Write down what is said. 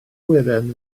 awyren